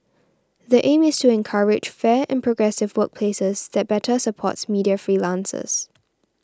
the aim is to encourage fair and progressive workplaces that better supports media freelancers